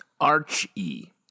Archie